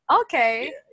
Okay